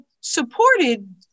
supported